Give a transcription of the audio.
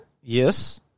Yes